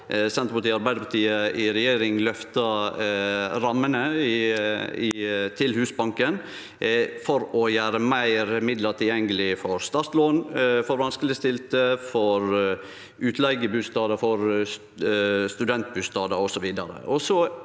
Arbeidarpartiet i regjering har lyfta rammene til Husbanken for å gjere meir midlar tilgjengelege for startlån for vanskelegstilte, for utleigebustader, for studentbustader osv.